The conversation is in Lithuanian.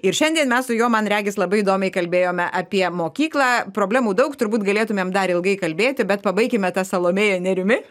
ir šiandien mes su juo man regis labai įdomiai kalbėjome apie mokyklą problemų daug turbūt galėtumėm dar ilgai kalbėti bet pabaikime ta salomėja nėrimi